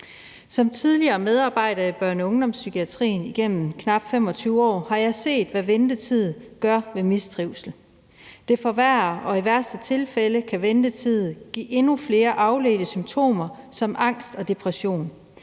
Som tidligere medarbejder i børne- og ungdomspsykiatrien igennem knap 25 år har jeg set, hvad ventetid gør ved mistrivsel. Det forværrer, og i værste tilfælde kan ventetiden give endnu flere afledte symptomer som angst og depression.